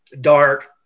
dark